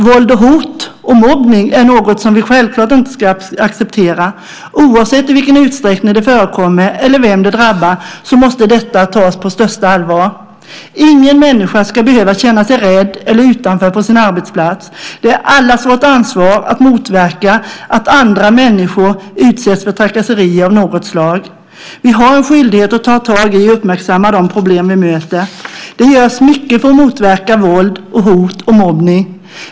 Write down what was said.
Våld, hot och mobbning är något som vi självklart inte ska acceptera. Oavsett i vilken utsträckning det förekommer eller vem det drabbar måste detta tas på största allvar. Ingen människa ska behöva känna sig rädd eller utanför på sin arbetsplats. Det är allas vårt ansvar att motverka att andra människor utsätts för trakasserier av något slag. Vi har en skyldighet att ta tag i och uppmärksamma de problem vi möter. Det görs mycket för att motverka våld, hot och mobbning.